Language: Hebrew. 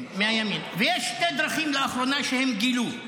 ויש שתי דרכים שהם גילו לאחרונה,